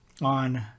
on